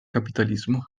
capitalismo